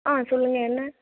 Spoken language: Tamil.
சொல்லுங்கள் என்ன